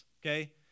okay